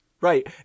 Right